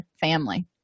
family